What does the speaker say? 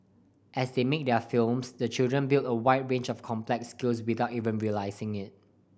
as they made their films the children build a wide range of complex skills without even realising it